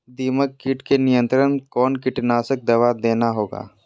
दीमक किट के नियंत्रण कौन कीटनाशक दवा देना होगा?